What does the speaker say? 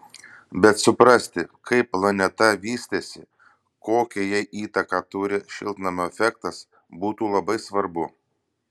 bet suprasti kaip planeta vystėsi kokią jai įtaką turi šiltnamio efektas būtų labai svarbu